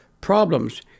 problems